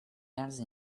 else